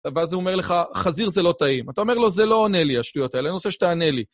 ואז הוא אומר לך, חזיר זה לא טעים. אתה אומר לו, זה לא עונה לי השטויות האלה, אני רוצה שתענה לי.